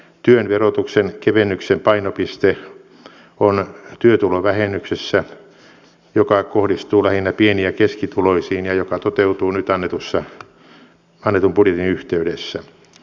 työn verotuksen kevennyksen painopiste on työtulovähennyksessä joka kohdistuu lähinnä pieni ja keskituloisiin ja joka toteutuu nyt annetun budjetin yhteydessä